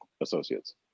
associates